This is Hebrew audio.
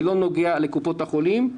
זה לא נוגע לקופות החולים.